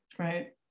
right